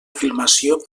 filmació